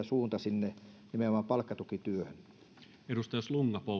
suunta nimenomaan sinne palkkatukityöhön